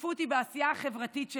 ששיתפו אותי בעשייה החברתית שלהם,